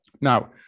Now